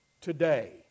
Today